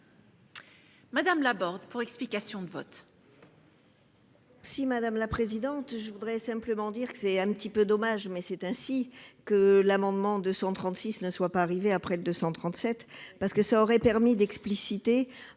Françoise Laborde, pour explication de vote.